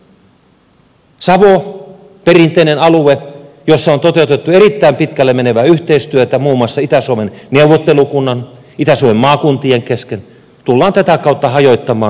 savo perinteinen alue jossa on toteutettu erittäin pitkälle menevää yhteistyötä muun muassa itä suomen neuvottelukunnan itä suomen maakuntien kesken tullaan tätä kautta hajottamaan